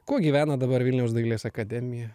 kuo gyvena dabar vilniaus dailės akademija